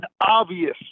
obvious